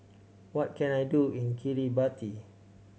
what can I do in Kiribati